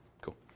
Cool